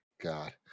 God